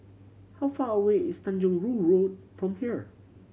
how far away is Tanjong Rhu Road from here